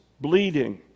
bleeding